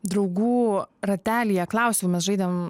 draugų ratelyje klausiam mes žaidėm